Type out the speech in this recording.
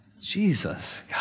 Jesus